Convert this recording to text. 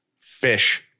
Fish